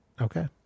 Okay